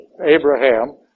Abraham